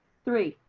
three,